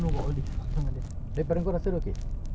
a'ah but dia okay okay jer